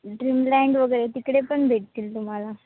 Dreamland वगैरे आहे तिकडे पण भेटतील तुम्हाला